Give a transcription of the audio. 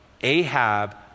Ahab